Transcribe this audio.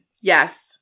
Yes